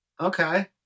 okay